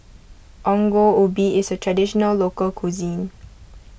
Ongol Ubi is a Traditional Local Cuisine